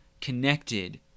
connected